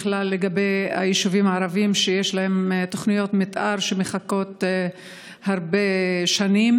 בכלל לגבי היישובים הערביים שיש להם תוכניות מתאר שמחכות הרבה שנים,